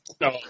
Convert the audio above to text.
no